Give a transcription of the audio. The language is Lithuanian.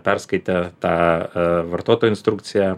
perskaitę tą vartotojo instrukciją